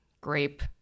grape